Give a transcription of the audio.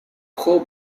pro